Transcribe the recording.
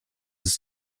ist